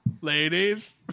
Ladies